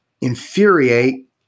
infuriate